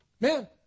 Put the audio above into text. Man